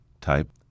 type